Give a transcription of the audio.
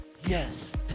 yes